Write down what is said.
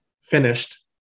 finished